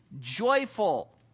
joyful